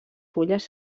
fulles